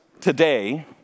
today